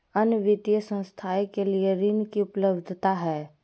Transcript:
अन्य वित्तीय संस्थाएं के लिए ऋण की उपलब्धता है?